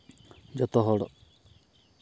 ᱡᱚᱛᱚ ᱦᱚᱲ